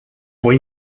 fue